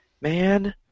Man